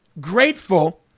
grateful